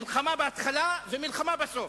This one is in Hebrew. מלחמה בהתחלה ומלחמה בסוף.